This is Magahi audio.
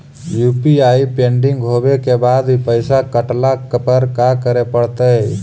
यु.पी.आई पेंडिंग होवे के बाद भी पैसा कटला पर का करे पड़तई?